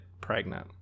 pregnant